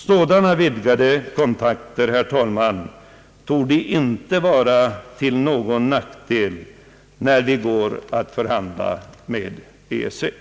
Sådana vidgade kontakter, herr talman, torde inte vara till någon nackdel, när vi går att förhandla med EEC.